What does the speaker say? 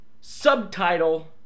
Subtitle